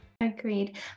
Agreed